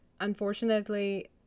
unfortunately